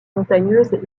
montagneuse